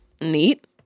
Neat